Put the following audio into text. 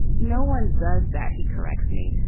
no one does that. he corrects me.